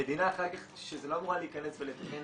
המדינה לא אמורה להיכנס ולתקן